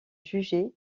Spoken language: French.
juger